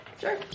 Sure